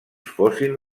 fossin